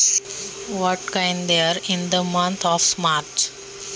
मार्च महिन्यामध्ये कोणत्या प्रकारचे हवामान असते?